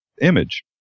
image